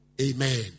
Amen